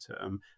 term